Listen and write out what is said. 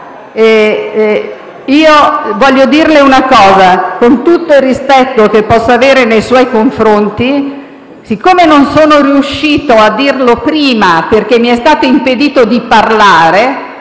vorrei dirle una cosa, con tutto il rispetto che posso avere nei suoi confronti. Siccome non sono riuscita a dirlo prima, perché mi è stato impedito di parlare